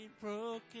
broken